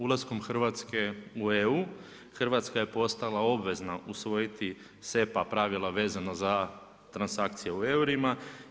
Ulaskom Hrvatske u EU, Hrvatska je postala obvezna usvojiti SEPA pravila vezana za transakcije u eurima.